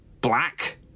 black